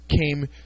came